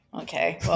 okay